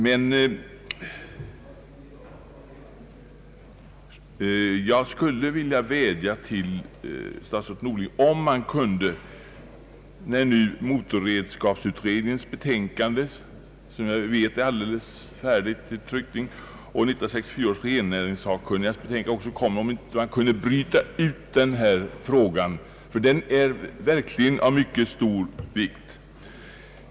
Men jag skulle vilja vädja till statsrådet Norling att, när nu motorredskapsutredningens betänkande är alldeles färdigt för tryckning och 1964 års rennäringssakkunnigas betänkande snart kommer, bryta ut denna fråga, ty den är verkligen av mycket stor vikt.